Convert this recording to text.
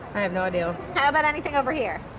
i have no ideal. how about anything over here?